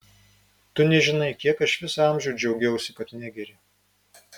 tu nežinai kiek aš visą amžių džiaugiausi kad negeri